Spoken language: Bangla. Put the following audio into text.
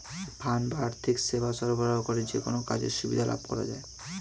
ফান্ড বা আর্থিক সেবা সরবরাহ করে যেকোনো কাজের সুবিধা লাভ করা যায়